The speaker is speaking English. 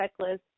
checklist